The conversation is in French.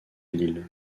lille